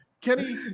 Kenny